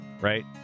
right